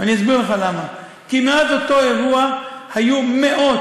ואני אסביר לך למה: כי מאז אותו אירוע היו מאות